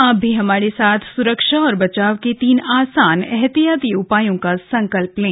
आप भी हमारे साथ सुरक्षा और बचाव के तीन आसान एहतियाती उपायों का संकल्प लें